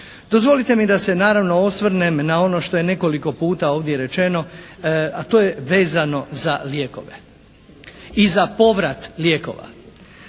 Dozvolite mi da se naravno osvrnem na ono što je nekoliko puta ovdje i rečeno, a to je vezano za lijekove i za povrat lijekova.